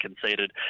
conceded